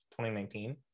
2019